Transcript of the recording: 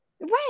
right